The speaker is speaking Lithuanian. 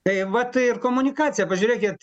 tai vat ir komunikacija pažiūrėkit